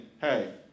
hey